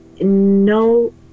no